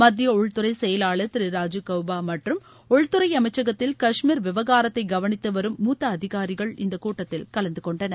மத்திய உள்துறை செயலாளர் திரு ராஜீவ் கவுபா மற்றும் உள்துறை அமைச்சகத்தில் கஷ்மீர விவகாரத்தை கவனித்து வரும் மூத்த அதிகாரிகள் இந்தக் கூட்டத்தில் கலந்துகொண்டனர்